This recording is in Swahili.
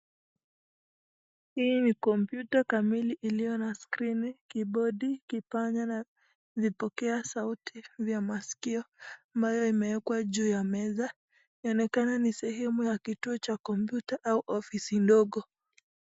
Hii ni kompyuta kamili iliyo na skrini, kibodi, kipanya na vipokea sauti vya masikio ambayo imewekwa juu ya meza. Inaonekana ni sehemu ya kituo cha kompyuta au ofisi ndogo.